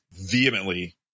vehemently